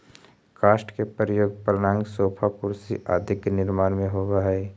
काष्ठ के प्रयोग पलंग, सोफा, कुर्सी आदि के निर्माण में होवऽ हई